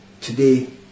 Today